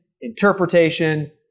interpretation